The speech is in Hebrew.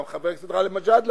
גם חבר הכנסת גאלב מג'אדלה,